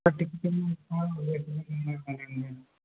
స్పటిక బెల్లం